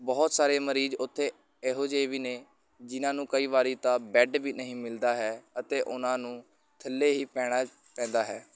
ਬਹੁਤ ਸਾਰੇ ਮਰੀਜ਼ ਉੱਥੇ ਇਹੋ ਜਿਹੇ ਵੀ ਨੇ ਜਿਨ੍ਹਾਂ ਨੂੰ ਕਈ ਵਾਰੀ ਤਾਂ ਬੈੱਡ ਵੀ ਨਹੀਂ ਮਿਲਦਾ ਹੈ ਅਤੇ ਉਹਨਾਂ ਨੂੰ ਥੱਲੇ ਹੀ ਪੈਣਾ ਪੈਂਦਾ ਹੈ